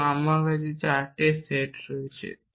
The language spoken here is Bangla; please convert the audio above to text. এবং আমার কাছে 4 সেট আছে